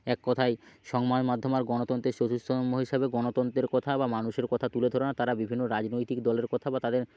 এক কথায় সংবাদ মাধ্যম আর গণতন্ত্রের চতুর্থ স্তম্ভ হিসাবে গণতন্ত্রের কথা বা মানুষের কথা তুলে ধরে না তারা বিভিন্ন রাজনৈতিক দলের কথা বা তাদের